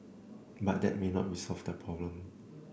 but that may not resolve their problem